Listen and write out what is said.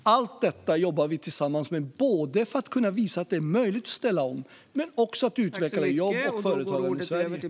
Allt detta jobbar vi tillsammans med både för att kunna visa att det är möjligt att ställa om och för att utveckla jobb och företagande i Sverige.